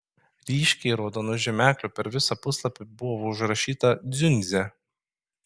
ryškiai raudonu žymekliu per visą puslapį buvo užrašyta dziundzė